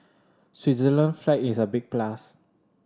Switzerland flag is a big plus